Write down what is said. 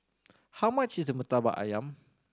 how much is Murtabak Ayam